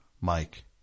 Mike